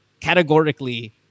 categorically